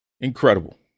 Incredible